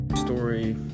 story